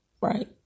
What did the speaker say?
right